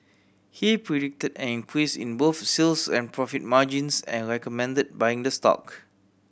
he predicted an increase in both sales and profit margins and recommended buying the stock